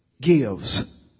gives